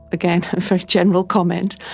again, a very general comment.